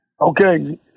Okay